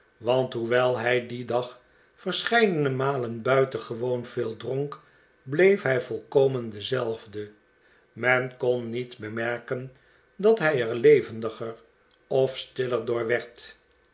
want hoewel hij dien dag verscheidene malen buitengewoon veel dronk bleef hij volkomen dezelfde men kon niet bemerken dat hij er levendiger of stiller